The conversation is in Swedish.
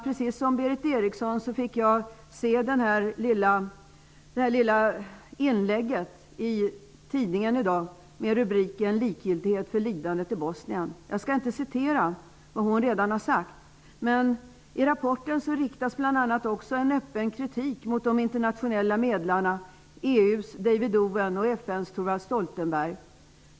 Precis som Berith Eriksson fick jag se detta inlägg i tidningen i dag med rubriken Likgiltighet inför lidandet i Bosnien. Jag skall inte citera vad Berith Eriksson redan har sagt. Men i rapporten riktas öppen kritik mot de internationella medlarna, EU:s David Owen och FN:s Thorvald Stoltenberg.